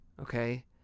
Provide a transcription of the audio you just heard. Okay